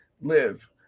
live